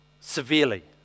severely